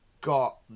got